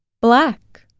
Black